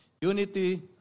Unity